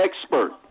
expert